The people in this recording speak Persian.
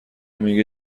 میگه